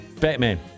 Batman